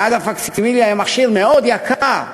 ואז הפקסימיליה הייתה מכשיר מאוד יקר,